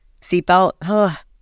seatbelt